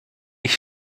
ich